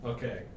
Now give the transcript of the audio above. Okay